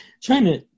China